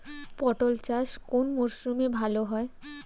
পটল চাষ কোন মরশুমে ভাল হয়?